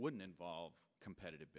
wouldn't involve competitive